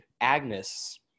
agnes